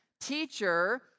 teacher